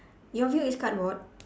your view is cupboard